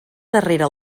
darrera